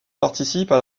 participent